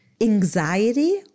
anxiety